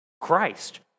Christ